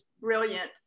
brilliant